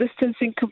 distancing